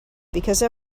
because